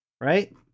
right